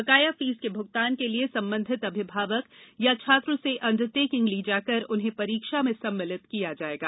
बकाया फीस के भुगतान के लिए संबंधित अभिभावक या छात्र से अंडरटेकिंग ली जाकर उन्हें परीक्षा में सम्मिलित किया जाएगा